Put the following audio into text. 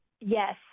yes